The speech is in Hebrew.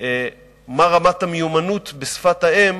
לדעת מה רמת המיומנות בשפת האם